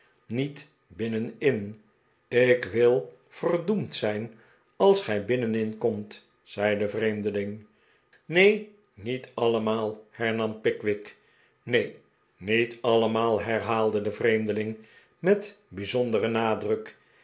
niet binnenin ik wil verdoemd zijn als gij binnenin komt zei de vreemdeling ncen niet allemaal hernam pickwick neen niet allemaal herhaalde de vreemdeling met bijzonderen nadruk